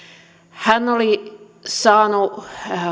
hän oli saanut